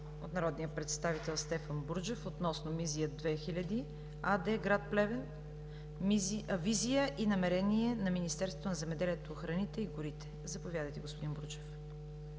от народния представител Стефан Бурджев относно „Мизия 2000“ АД – град Плевен; визия и намерения на Министерството на земеделието, храните и горите. Заповядайте, господин Бурджев.